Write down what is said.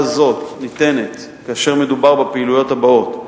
זו ניתנת כאשר מדובר בפעילויות הבאות: